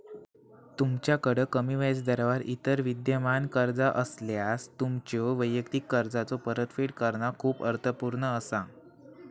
तुमच्याकड कमी व्याजदरावर इतर विद्यमान कर्जा असल्यास, तुमच्यो वैयक्तिक कर्जाचो परतफेड करणा खूप अर्थपूर्ण असा